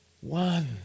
one